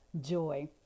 joy